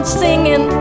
singing